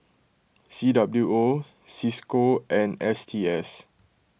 C W O Cisco and S T S